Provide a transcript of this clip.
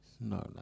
no